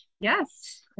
yes